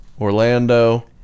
Orlando